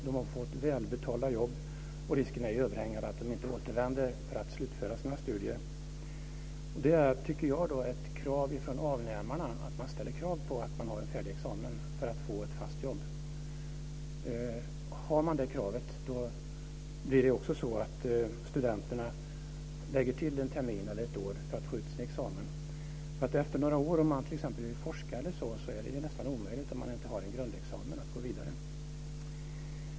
De har fått välbetalda jobb och risken är överhängande att de inte återvänder för att slutföra sina studier. Det är ett krav som avnämarna borde ställa, att man ska ha en färdig examen för att få ett fast jobb. Om det kravet ställs lägger studenterna till en termin eller ett år för att få ut sin examen. Om man t.ex. vill forska om några år är det nästan omöjligt om man inte har en grundexamen.